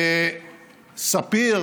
ספיר